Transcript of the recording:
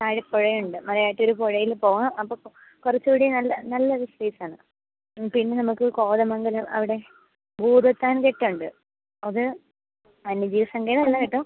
താഴെ പുഴയുണ്ട് മലയാറ്റൂർ പുഴയിൽ പോവാം അപ്പോൾ കുറച്ചുകൂടി നല്ല നല്ലൊരു പ്ലേസ് ആണ് പിന്നെ നമുക്ക് കോതമംഗലം അവിടെ ഭൂതത്താൻ കെട്ടുണ്ട് അത് വന്യജീവി സങ്കേതം അല്ല കേട്ടോ